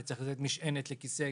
אני צריך לתת משענת לכיסא